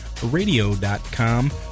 radio.com